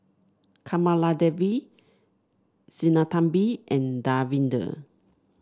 Kamaladevi Sinnathamby and Davinder